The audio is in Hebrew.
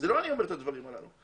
הדברים הללו.